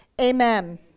amen